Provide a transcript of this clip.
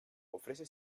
ofrece